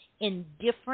Indifferent